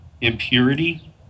impurity